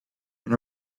when